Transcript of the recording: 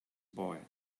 boy